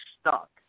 stuck